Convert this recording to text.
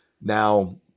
Now